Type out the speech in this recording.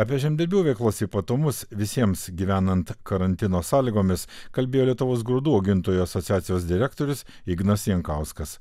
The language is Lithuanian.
apie žemdirbių veiklos ypatumus visiems gyvenant karantino sąlygomis kalbėjo lietuvos grūdų augintojų asociacijos direktorius ignas jankauskas